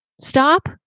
stop